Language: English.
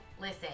Listen